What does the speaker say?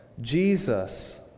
Jesus